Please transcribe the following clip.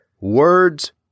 Words